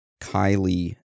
Kylie